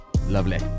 Lovely